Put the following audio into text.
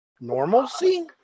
normalcy